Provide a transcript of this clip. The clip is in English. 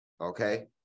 okay